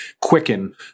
quicken